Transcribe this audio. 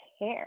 care